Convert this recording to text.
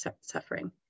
suffering